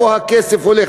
לאיפה הכסף הולך.